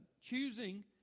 choosing